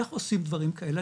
איך עושים דברים כאלה?